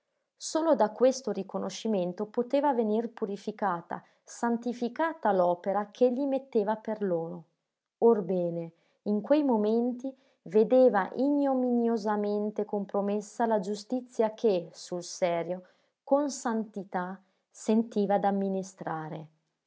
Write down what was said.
solo da questo riconoscimento poteva venir purificata santificata l'opera ch'egli metteva per loro orbene in quei momenti vedeva ignominiosamente compromessa la giustizia che sul serio con santità sentiva d'amministrare